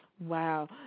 Wow